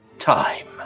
time